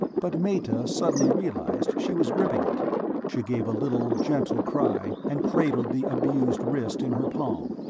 but meta suddenly realized she was gripping it she gave a little, gentle cry, and cradled the abused wrist in her palm.